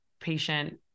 patient